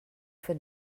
für